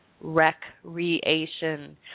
recreation